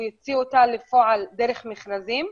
הוא יוציא אותה לפועל דרך מכרזים?